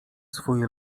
swój